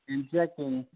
Injecting